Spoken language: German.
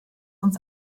uns